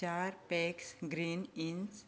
चार packs green इन्स